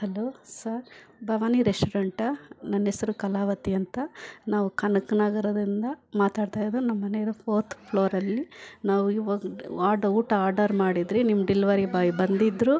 hello sir Bhavani ರೆಸ್ಟೋರೆಂಟಾ ನನ್ನಹೆಸ್ರು ಕಲಾವತಿ ಅಂತ ನಾವು ಕನಕ ನಗರದಿಂದ ಮಾತಾಡ್ತ ಇದಿನಿ ನಮ್ಮಮನೆ ಇರೋದು ಫೋರ್ಥ್ ಫ್ಲೋರಲ್ಲಿ ನಾವು ಇವಾಗ ವಾಡ್ ಊಟ ಆರ್ಡರ್ ಮಾಡಿದ್ರಿ ನಿಮ್ಮ ಡೆಲ್ವರಿ ಬಾಯ್ ಬಂದಿದ್ರು